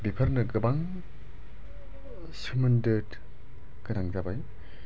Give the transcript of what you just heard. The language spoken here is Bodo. बेफोरनो गोबां सोमोन्दो गोनां जाबाय